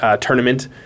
tournament